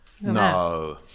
No